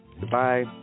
Goodbye